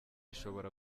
ishobora